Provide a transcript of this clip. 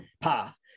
path